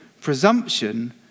presumption